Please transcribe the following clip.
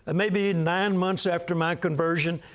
and maybe nine months after my conversion,